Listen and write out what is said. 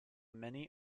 many